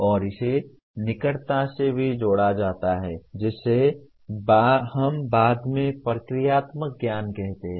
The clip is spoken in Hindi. और इसे निकटता से भी जोड़ा जाता है जिसे हम बाद में प्रक्रियात्मक ज्ञान कहते हैं